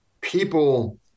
people